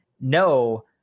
No